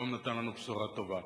והיום נתן לנו בשורה טובה.